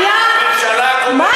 מחיר למשתכן התחיל בממשלה הקודמת.